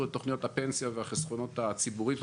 לתוכניות הפנסיה והחסכונות הציבוריים.